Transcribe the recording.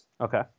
Okay